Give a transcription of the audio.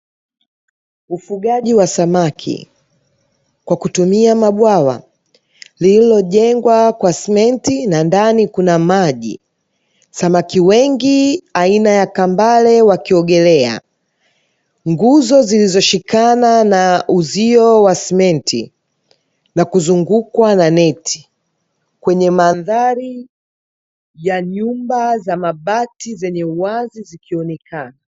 Ufugaji wa samaki, kwa kutumia mabwawa yaliyojengwa kwa simenti na ndani kuna maji. Samaki wengi aina ya kambale wakiogelea, nguzo zilizoshikana na uzio wa simenti na kuzungukwa na neti kwenye mandhari ya nyumba za mabati zenye uwazi zikionekana.